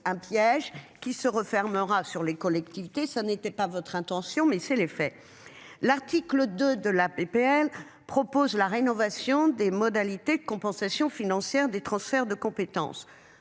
un piège qui se refermera sur les collectivités, ça n'était pas votre intention mais c'est l'effet. L'article 2 de la PPL propose la rénovation des modalités de compensation financière des transferts de compétences